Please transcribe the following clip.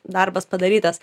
darbas padarytas